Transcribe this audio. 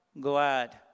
glad